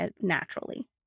naturally